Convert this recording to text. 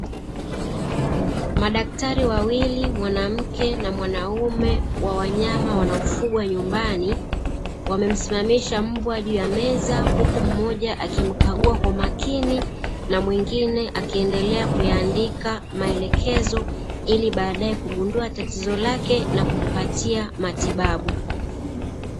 Madaktari wawili mwanamke na mwanaume wa wanyama wanaofugwa nyumbani wamemsimamisha mbwa juu ya meza, huku mmoja akimkagua kwa umakini na mwingine akiendelea kuyaandika maelekezo ili baadae kugundua tatizo lake na kumpatia matibabu.